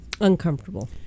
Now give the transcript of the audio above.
uncomfortable